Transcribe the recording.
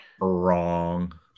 wrong